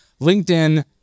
LinkedIn